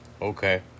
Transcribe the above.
Okay